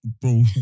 Bro